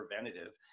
preventative